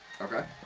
Okay